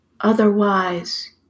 Otherwise